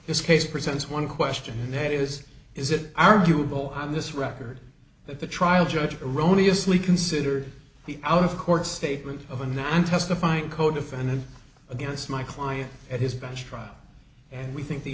this case presents one question and that is is it arguable on this record that the trial judge erroneous we consider the out of court statement of a now i'm testifying codefendant against my client at his bench trial and we think the